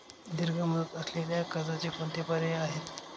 दीर्घ मुदत असलेल्या कर्जाचे कोणते पर्याय आहे?